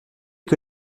que